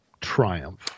triumph